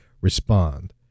respond